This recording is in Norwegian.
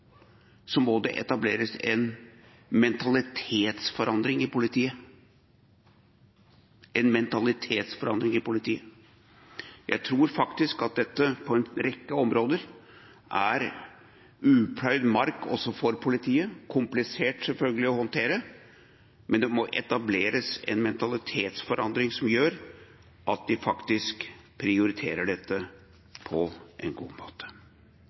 på en rekke områder er upløyd mark også for politiet, og selvfølgelig komplisert å håndtere, men det må etableres en mentalitetsforandring som gjør at de faktisk prioriterer dette på en god måte.